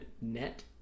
Net